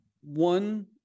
one